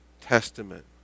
Testament